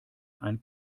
ein